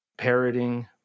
parroting